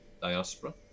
diaspora